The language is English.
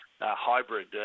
hybrid